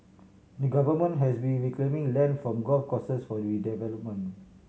the Government has been reclaiming land from golf courses for redevelopment